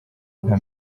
nka